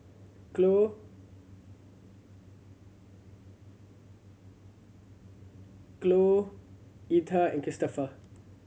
CloeCloe Aleta and Christopher